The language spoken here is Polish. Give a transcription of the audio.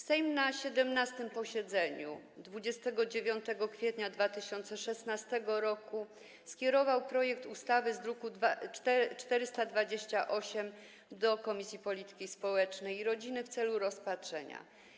Sejm na 17. posiedzeniu 29 kwietnia 2016 r. skierował projekt ustawy z druku nr 428 do Komisji Polityki Społecznej i Rodziny w celu rozpatrzenia.